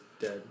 dead